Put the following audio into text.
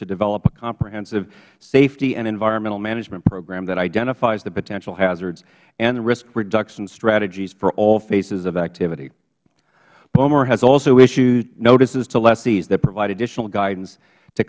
to develop a comprehensive safety and environmental management program that identifies the potential hazards and risk reduction strategies for all places of activity boemre has also issued notices to lessees that provide additional guidance to